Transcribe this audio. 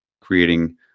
creating